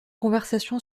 conversation